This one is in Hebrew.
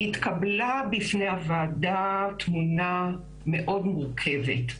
התקבלה בפני הוועדה תמונה מאוד מורכבת.